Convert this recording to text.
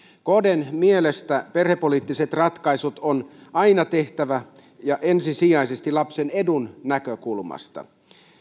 kdn mielestä perhepoliittiset ratkaisut on tehtävä aina ja ensisijaisesti lapsen edun näkökulmasta